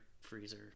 freezer